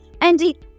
Andy